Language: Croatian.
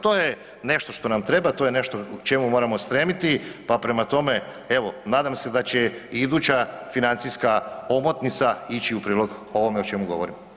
To je nešto što nam treba, to je nešto čemu moramo stremiti, pa prema tome, evo, nadam se da će i iduća financijska omotnica ići u prilog ovome o čemu govorim.